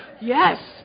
Yes